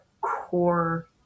core